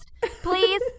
Please